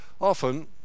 often